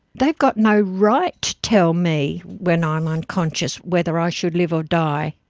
they've got no right to tell me, when i'm unconscious, whether i should live or die.